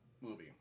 movie